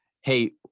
hey